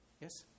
yes